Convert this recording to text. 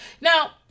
Now